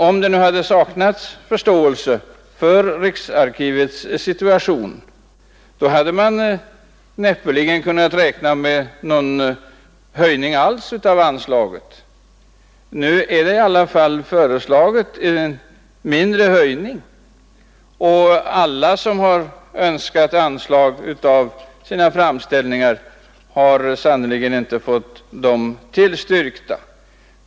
Om utskottet hade saknat förståelse för riksarkivets situation, så hade man näppeligen kunnat räkna med någon höjning alls av anslaget. Nu har det i alla fall föreslagits en mindre höjning. Alla som har yrkat på anslagshöjningar har sannerligen inte fått sina yrkanden tillstyrkta.